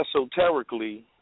esoterically